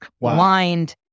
blind